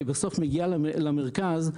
שמגיעה בסוף למרכז,